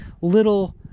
little